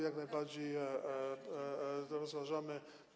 Jak najbardziej to rozważamy.